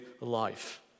life